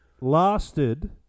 lasted